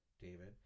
David